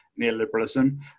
neoliberalism